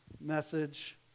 Message